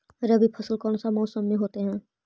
रवि फसल कौन सा मौसम में होते हैं?